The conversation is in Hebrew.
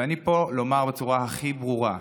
ואני פה לומר בצורה הכי ברורה: